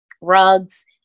rugs